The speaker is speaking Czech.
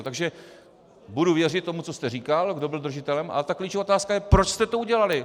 Takže budu věřit tomu, co jste říkal, kdo byl držitelem, a klíčová otázka je, proč jste to udělali.